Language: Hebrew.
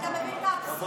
אתה מבין את הרציונל?